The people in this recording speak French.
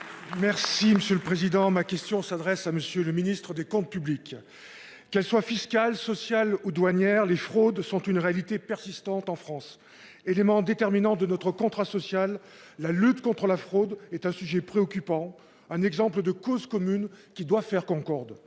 et indépendants. Ma question s'adresse à M. le ministre délégué chargé des comptes publics. Qu'elles soient fiscales, sociales ou douanières, les fraudes sont une réalité persistante en France. Élément déterminant de notre contrat social, la lutte contre la fraude est un sujet préoccupant, un exemple de cause commune qui doit faire concorde.